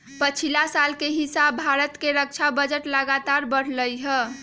पछिला साल के हिसाबे भारत के रक्षा बजट लगातार बढ़लइ ह